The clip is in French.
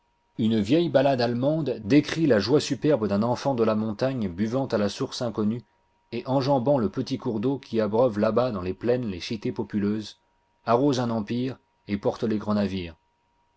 une vieille ballade allemande décrit la joie superbe d'un enfant de la montagne buvant à la source inconnue et enjambant le petit cours d'eau qui abreuve là-bas dans les plaines les cités populeuses arrose un empire et porte les grands navires